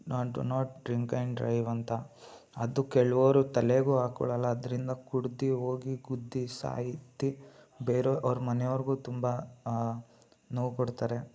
not do not drink and drive ಅಂತ ಅದು ಕೆಲವರು ತಲೆಗೂ ಹಾಕೊಳಲ್ಲ ಅದರಿಂದ ಕುಡ್ದು ಹೋಗಿ ಗುದ್ದಿ ಸಾಯ್ತಿ ಬೇರೆ ಅವರು ಮನೆಯವರಿಗು ತುಂಬ ನೋವು ಕೊಡ್ತಾರೆ